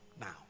now